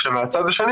מצד שני,